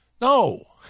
No